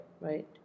Right